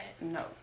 No